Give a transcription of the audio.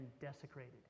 desecrated